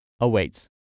awaits